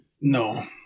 No